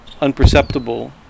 unperceptible